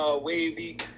Wavy